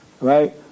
Right